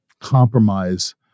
compromise